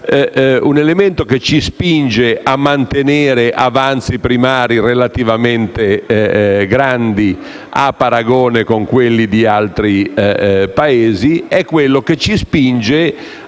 elemento ci spinge a mantenere avanzi primari relativamente grandi a paragone di quelli di altri Paesi e ci spinge